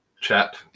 chat